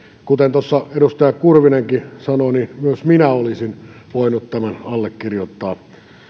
kuten tuossa edustaja kurvinenkin sanoi myös minä olisin voinut tämän allekirjoittaa